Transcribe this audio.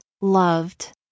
loved